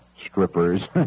strippers